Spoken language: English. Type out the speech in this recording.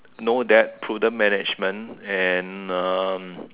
know that pollen management and um